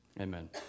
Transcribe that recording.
Amen